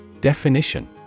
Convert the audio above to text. Definition